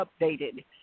updated